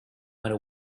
went